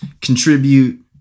contribute –